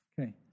Okay